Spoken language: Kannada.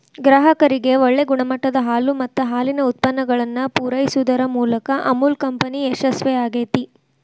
ಗ್ರಾಹಕರಿಗೆ ಒಳ್ಳೆ ಗುಣಮಟ್ಟದ ಹಾಲು ಮತ್ತ ಹಾಲಿನ ಉತ್ಪನ್ನಗಳನ್ನ ಪೂರೈಸುದರ ಮೂಲಕ ಅಮುಲ್ ಕಂಪನಿ ಯಶಸ್ವೇ ಆಗೇತಿ